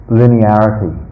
linearity